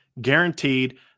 guaranteed